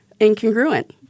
incongruent